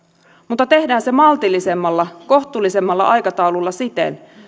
mutta tehdään se maltillisemmalla kohtuullisemmalla aikataululla siten